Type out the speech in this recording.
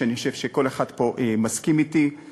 שאני חושב שכל אחד פה מסכים אתי על כך.